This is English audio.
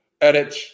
edit